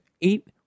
Eight